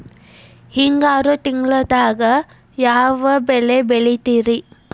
ಹಿಂಗಾರು ತಿಂಗಳದಾಗ ಯಾವ ಬೆಳೆ ಬೆಳಿತಿರಿ?